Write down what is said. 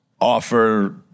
offer